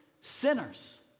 sinners